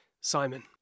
Simon